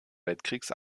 weltkriegs